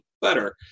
better